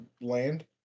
land